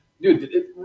dude